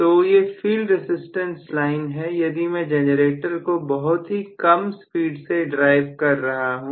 तो ये field resistance line है यदि मैं जनरेटर को बहुत ही कम स्पीड से ड्राइव कर रहा हूं